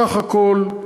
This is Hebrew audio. בסך הכול,